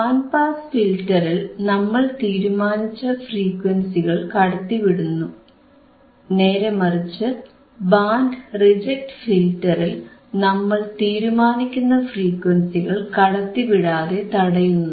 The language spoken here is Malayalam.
ബാൻഡ് പാസ് ഫിൽറ്ററിൽ നമ്മൾ തീരുമാനിച്ച ഫ്രീക്വൻസികൾ കടത്തിവിടുന്നു നേരേ മറിച്ച് ബാൻഡ് റിജക്ട് ഫിൽറ്ററിൽ നമ്മൾ തീരുമാനിക്കുന്ന ഫ്രീക്വൻസികൾ കടത്തിവിടാതെ തടയുന്നു